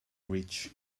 rich